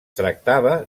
tractava